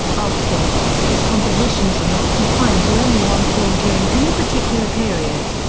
after this, his compositions were not confined to any one form during any particular period.